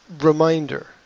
reminder